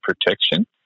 protection